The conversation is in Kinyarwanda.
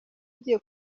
ugiye